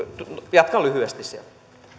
jatkan lyhyesti sieltä